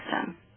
system